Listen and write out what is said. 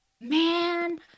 man